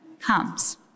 comes